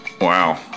Wow